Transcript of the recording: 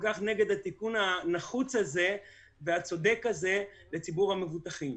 כך נגד התיקון הנחוץ והצודק הזה לציבור המבוטחים.